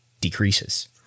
decreases